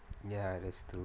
ya that's true